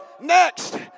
next